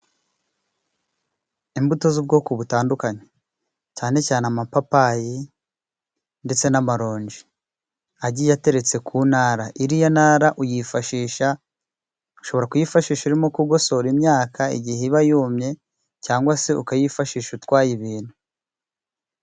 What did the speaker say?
Imbuto z'ubwoko butandukanye. Cyane cyane amapapayi ndetse n'amaronji. Agiye ateretse ku nara. Iriya nara uyifashisha, ushobora kuyifashisha urimo kugosora imyaka igihe iba yumye, cyangwa se ukayifashisha utwaye ibintu.